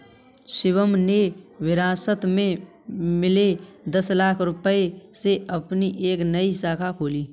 शिवम ने विरासत में मिले दस लाख रूपए से अपनी एक नई शाखा खोली